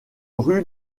rue